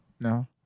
No